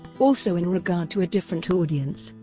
also in regard to a different audience,